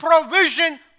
provision